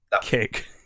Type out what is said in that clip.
kick